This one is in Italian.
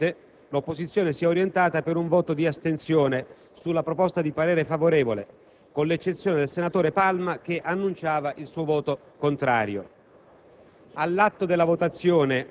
Nondimeno, legittimamente l'opposizione si è orientata per un voto di astensione alla proposta di parere favorevole, con l'eccezione del senatore Palma che ha annunciato il suo voto contrario.